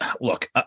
Look